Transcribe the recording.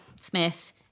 Smith